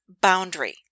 boundary